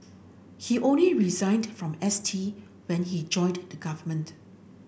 he only resigned from S T when he joined the government